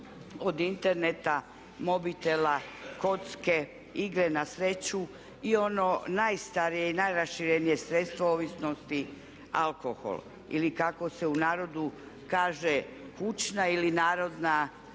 od interneta, mobitela, kocke, igre na sreću i ono najstarije i najraširenije sredstvo ovisnosti alkohol ili kako se u narodu kaže kućna ili narodna